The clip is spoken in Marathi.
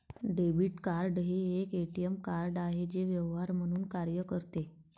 डेबिट कार्ड हे एक ए.टी.एम कार्ड आहे जे व्यवहार म्हणून कार्य करते